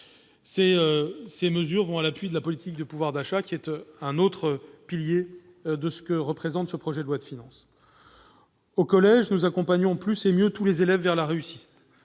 Cette mesure s'inscrit en appui de la politique du pouvoir d'achat, qui constitue un autre pilier de ce projet de loi de finances. Au collège, nous accompagnons plus et mieux tous les élèves vers la réussite.